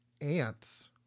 ants